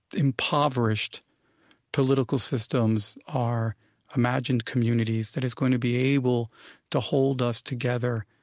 impoverished political systems, our imagined communities, that is going to be able to hold us together